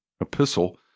epistle